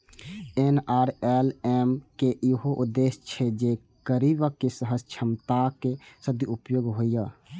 NRLM के इहो उद्देश्य छै जे गरीबक सहज क्षमताक सदुपयोग हुअय